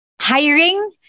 hiring